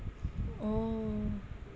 oh